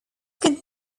could